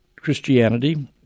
Christianity